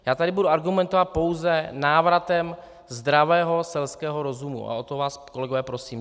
Já tady budu argumentovat pouze návratem zdravého selského rozumu, a o to vás, kolegové, prosím.